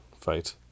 fight